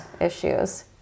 issues